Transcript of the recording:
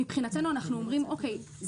מבחינתנו אנחנו אומרים: אוקיי,